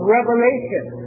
revelation